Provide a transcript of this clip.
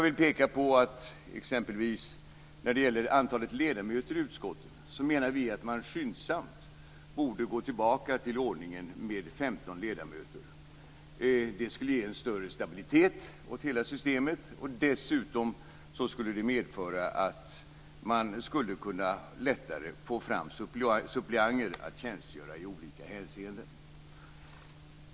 När det gäller exempelvis antalet ledamöter i utskotten menar vi att man skyndsamt borde gå tillbaka till ordningen med 15 ledamöter. Det skulle ge större stabilitet åt hela systemet. Dessutom skulle det medföra att man lättare skulle kunna få fram suppleanter för att tjänstgöra i olika hänseenden.